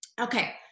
Okay